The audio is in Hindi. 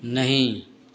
नहीं